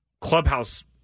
clubhouse